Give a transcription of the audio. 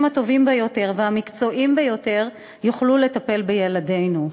הטובים ביותר והמקצועיים ביותר יוכלו לטפל בילדינו.